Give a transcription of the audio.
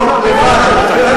לא, לא, לא.